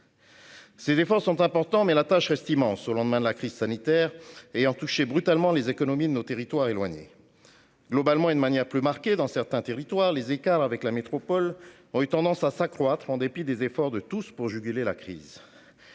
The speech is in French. Ces efforts sont importants, mais la tâche reste immense au lendemain de la crise sanitaire ayant touché brutalement les économies de nos territoires éloignés. Globalement, et de manière plus marquée dans certains territoires, les écarts avec la métropole ont eu tendance à s'accroître, en dépit des efforts de tous pour juguler la crise.